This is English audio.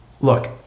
Look